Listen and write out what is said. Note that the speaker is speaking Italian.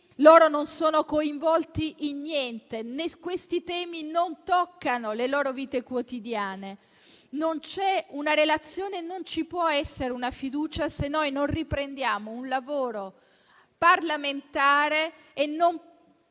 loro non sono coinvolti in niente, questi temi non toccano le loro vite quotidiane, non c'è una relazione, non ci può essere una fiducia se non riprendiamo un lavoro parlamentare e non